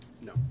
No